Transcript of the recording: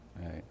right